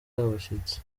abashyitsi